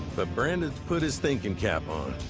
but brandon's put his thinking cap on.